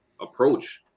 approach